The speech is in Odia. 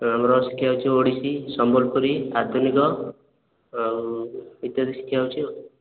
ହଁ ଆମର ଶିଖା ହେଉଛି ଓଡ଼ିଶୀ ସମ୍ବଲପୁରୀ ଆଧୁନିକ ଆଉ ଇତ୍ୟାଦି ଶିଖା ହେଉଛି ଆଉ